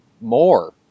more